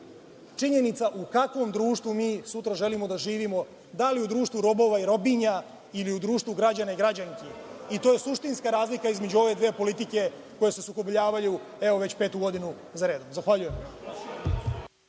činjenica u kakvom društvu mi sutra želimo da živimo, da li u društvu robova i robinja ili u društvu građana i građanski, i to je suštinska razlika između ove dve politike koje se sukobljavaju već petu godinu zaredom. Zahvaljujem.(Vladimir